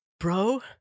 Bro